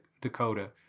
Dakota